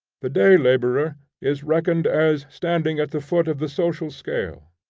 the day-laborer is reckoned as standing at the foot of the social scale,